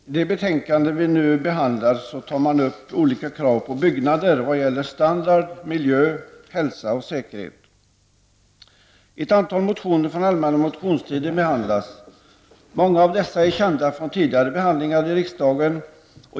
Fru talman! I det betänkande vi nu behandlar tar man upp olika krav på byggnader vad gäller standard, miljö, hälsa och säkerhet. Ett antal motioner från allmänna motionstiden behandlas. Många av dem är kända från tidigare behandlingar i riksdagen.